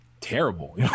terrible